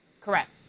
Correct